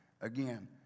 Again